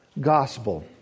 Gospel